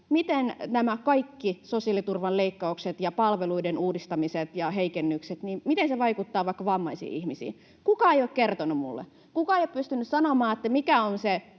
miten nämä kaikki sosiaaliturvan leikkaukset ja palveluiden uudistamiset ja heikennykset vaikuttavat vaikka vammaisiin ihmisiin. Kukaan ei ole kertonut minulle. Kukaan ei ole pystynyt sanomaan, mikä on se